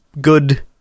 good